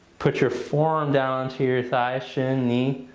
put your forearm down onto your thigh, shin knee.